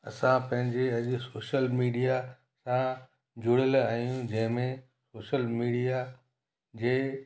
असां पजे अॼु सोशल मीडिया सां जुड़ि़यल आहियूं जंहिंमें सोशल मीडिया जे